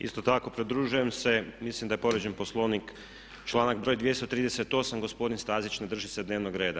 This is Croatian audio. Isto tako pridružujem se, mislim da je povrijeđen Poslovnik članak br. 238., gospodin Stazić ne drži se dnevnog reda.